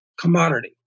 commodity